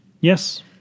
Yes